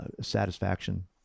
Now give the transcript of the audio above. satisfaction